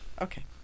Okay